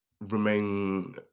remain